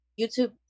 youtube